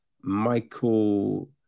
Michael